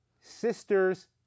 sister's